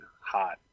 hot